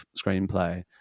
screenplay